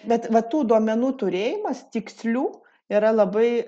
bet va tų duomenų turėjimas tikslių yra labai